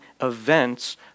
events